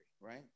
right